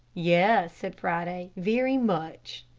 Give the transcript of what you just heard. yes, said friday, very much.